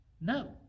no